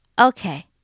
Okay